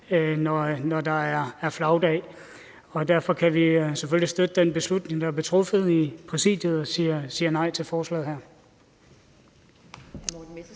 når der er flagdag. Og derfor kan vi selvfølgelig støtte den beslutning, der blev truffet i Præsidiet, og siger nej til forslaget her.